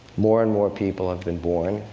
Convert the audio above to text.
more and more people have been born,